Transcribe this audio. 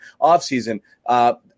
offseason